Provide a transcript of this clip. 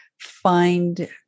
find